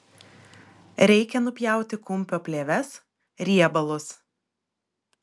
reikia nupjauti kumpio plėves riebalus